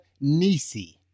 Nisi